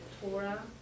Torah